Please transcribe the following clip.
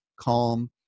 calm